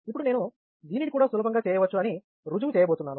ఇప్పుడు నేను దీనిని కూడా సులభంగా చేయవచ్చు అని రుజువు చేయబోతున్నాను